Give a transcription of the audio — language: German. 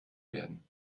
werden